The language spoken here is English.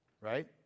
Right